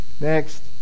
next